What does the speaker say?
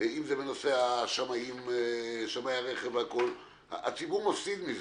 - אם זה בנושא שמאי הרכב הציבור מפסיד עם זה.